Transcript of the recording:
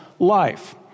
Life